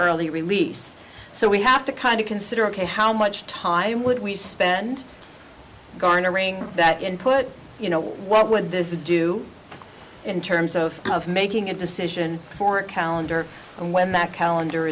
early release so we have to kind of consider ok how much time would we spend garnering that and put you know what would this do in terms of making a decision for a calendar and when that calendar